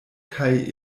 kaj